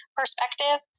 perspective